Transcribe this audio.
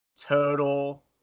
total –